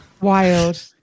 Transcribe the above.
Wild